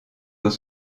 eaux